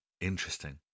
Interesting